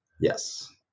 Yes